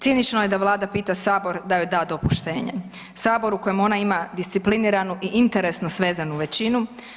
Cinično je da Vlada pita Sabor da joj da dopuštenje, Sabor u kojem ona ima discipliniranu i interesno svezanu većinu.